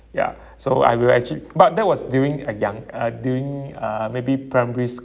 ya so I will actually but that was during I young uh during uh maybe primary